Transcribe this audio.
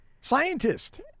Scientist